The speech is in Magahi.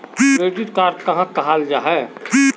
क्रेडिट कार्ड कहाक कहाल जाहा जाहा?